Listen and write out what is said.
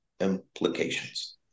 implications